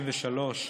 33),